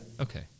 okay